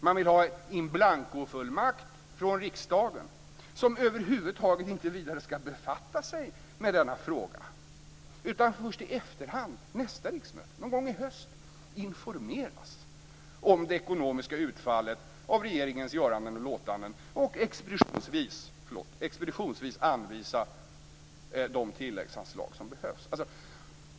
Man vill ha en in blanko-fullmakt från riksdagen, som över huvud taget inte vidare skall befatta sig med denna fråga utan först i efterhand, nästa riksmöte, någon gång i höst, informeras om det ekonomiska utfallet av regeringens göranden och låtanden och expeditionsvis anvisa de tilläggsanslag som behövs.